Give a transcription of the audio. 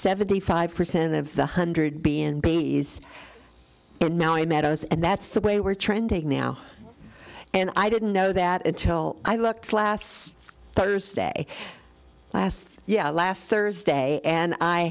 seventy five percent of the hundred being babies and now i meadows and that's the way we're trending now and i didn't know that until i looked last thursday last yeah last thursday and i